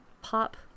pop